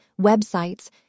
websites